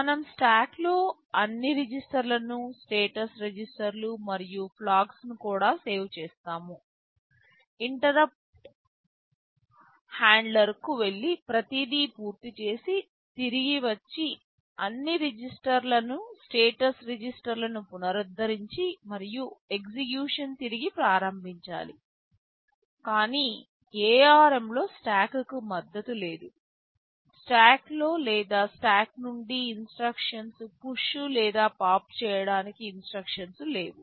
మనం స్టాక్లో అన్ని రిజిస్టర్లను స్టేటస్ రిజిస్టర్లు మరియు ఫ్లాగ్స్ కూడా సేవ్ చేస్తాము ఇంటర్అప్టు హ్యాండ్లర్కు వెళ్లి ప్రతిదీ పూర్తి చేసి తిరిగి వచ్చి అన్ని రిజిస్టర్లను స్టేటస్ రిజిస్టర్లను పునరుద్ధరించి మరియు ఎగ్జిక్యూషన్ తిరిగి ప్రారంభించాలి కాని ARM లో స్టాక్కు మద్దతు లేదు స్టాక్లో లేదా స్టాక్ నుండి ఇన్స్ట్రక్షన్స్ పుష్ లేదా పాప్ చేయడానికి ఇన్స్ట్రక్షన్స్ లేవు